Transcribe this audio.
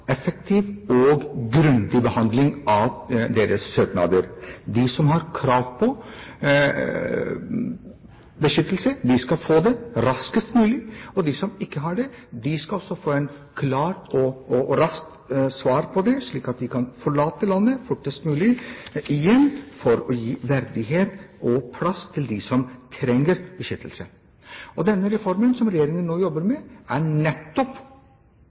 effektiv og grundig behandling av deres søknader. De som har krav på beskyttelse, skal få det raskest mulig, og de som ikke har det, skal også få et klart og raskt svar, slik at de kan forlate landet fortest mulig – igjen for å gi verdighet og plass til dem som trenger beskyttelse. Den reformen som regjeringen nå jobber med, er nettopp